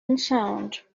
unsound